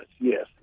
yes